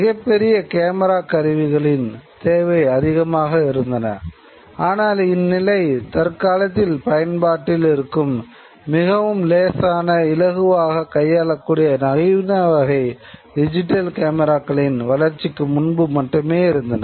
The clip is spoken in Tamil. மிகப்பெரிய கேமராக் கருவிகளின் வளர்ச்சிக்கு முன்பு மட்டுமே இருந்தன